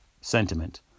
sentiment